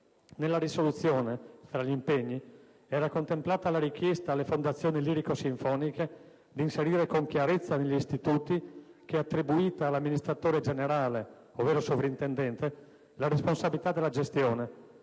Nella risoluzione, fra gli impegni, era contemplata la richiesta alle fondazioni lirico-sinfoniche di inserire con chiarezza negli istituti che è attribuita all'amministratore generale, ovvero sovrintendente, la responsabilità della gestione